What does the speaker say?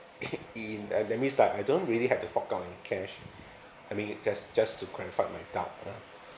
in uh that means like I don't really have to fork out any cash I mean just just to clarify my doubt ah